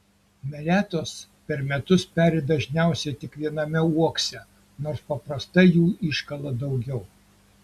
meletos per metus peri dažniausiai tik viename uokse nors paprastai jų iškala daugiau